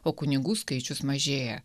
o kunigų skaičius mažėja